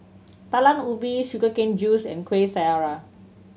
Talam Ubi sugar cane juice and Kuih Syara